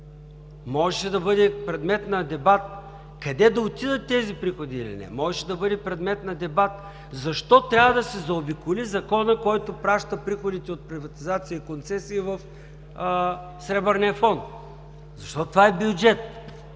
Можеше да бъде предмет на дебат къде да отидат приходи – или не. Можеше да бъде предмет на дебат защо трябва да се заобиколи Законът, който праща приходите от приватизация и концесии във Сребърния фонд. Защото това е бюджет,